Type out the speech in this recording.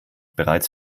bereits